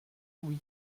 louis